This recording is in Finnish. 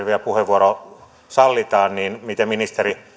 vielä puheenvuoro sallitaan miten ministeri